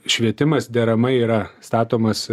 švietimas deramai yra statomas